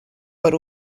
per